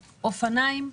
אופניים,